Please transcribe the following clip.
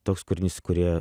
toks kūrinys kurie